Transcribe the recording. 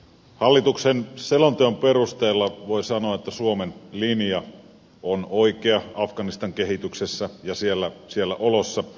hallituksen selonteon perusteella voi sanoa että suomen linja on oikea afganistan kehityksessä ja siellä olossa